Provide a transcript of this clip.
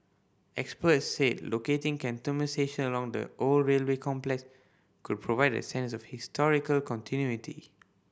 experts said locating Cantonment station along the old railway complex could provide a sense of historical continuity